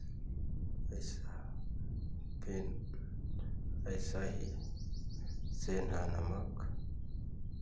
ऐसा फिर ऐसा ही सेंधा नमक